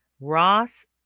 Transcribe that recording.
Ross